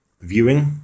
viewing